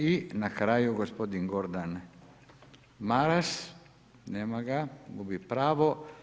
I na kraju gospodin Gordan Maras, nema ga, gubi pravo.